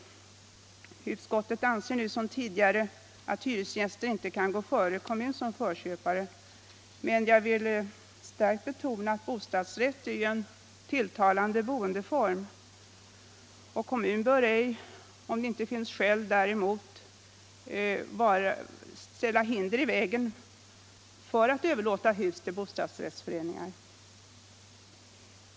Utskottet anser nu som tidigare att hyresgäster inte kan gå före kommun som förköpare. Men jag vill starkt betona att bostadsrätt är en tilltalande boendeform, och kommun bör inte, om det inte finns skäl som talar för det, lägga hinder i vägen för överlåtande av hus till bostadsrättsförening.